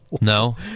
No